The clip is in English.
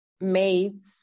maids